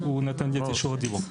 הוא נתן לי את רשות הדיבור.